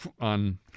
on